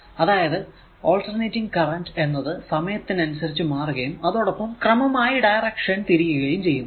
അതായത് alternating current എന്നത് സമയത്തിനനുസരിച്ചു മാറുകയും അതോടൊപ്പം ക്രമമായി ഡയറൿഷൻ തിരിയുകയും ചെയ്യും